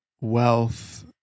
wealth